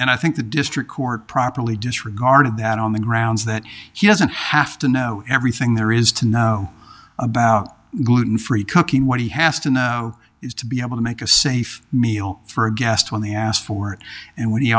i think the district court properly disregarded that on the grounds that he doesn't have to know everything there is to know about gluten free cooking what he has to know is to be able to make a safe meal for a guest when he asked for it and when he